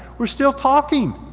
we're still talking.